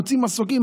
מוציאה מסוקים,